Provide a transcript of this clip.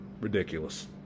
Ridiculous